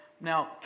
Now